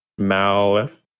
Malif